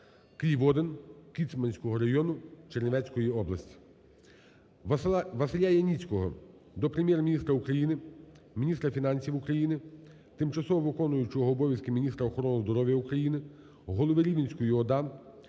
Кліводин Кіцманського району Чернівецької області. Василя Яніцького до Прем'єр-міністра України, міністра фінансів України, тимчасово виконуючої обов'язки міністра охорони здоров'я України, голови Рівненської